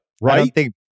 right